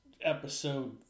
episode